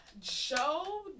Joe